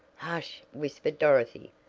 hush! whispered dorothy,